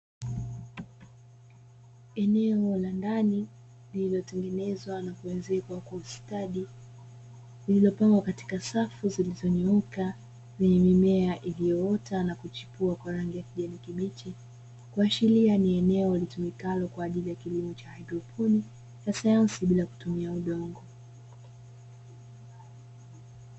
Eneo la ndani lililotengenezwa na kuezekwa kwa ustadi lililopangwa katika safu zilizonyooka lenye mimea iliyoota na kuchipua kwa rangi ya kijani kibichi, kuashiria ni eneo litumikalo kwa ajili ya kilimo cha haidroponi cha sayansi bila kutumia undongo.